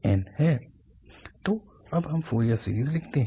तो अब हम फोरियर सीरीज़ लिखते हैं